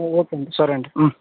okay అండి సరే అండి